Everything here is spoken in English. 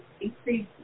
increase